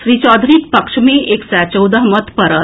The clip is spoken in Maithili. श्री चौधरीक पक्ष मे एक सय चौदह मत पड़ल